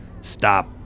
stop